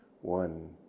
one